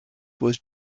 was